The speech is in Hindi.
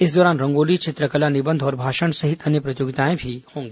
इस दौरान रंगोली चित्रकला निबंध और भाषण सहित अन्य प्रतियोगिताएं भी होंगी